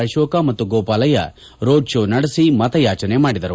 ಅಕೋಕ ಮತ್ತು Gopalaiah road show ನಡೆಸಿ ಮತಯಾಚನೆ ಮಾಡಿದರು